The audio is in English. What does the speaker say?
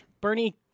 Bernie